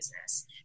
business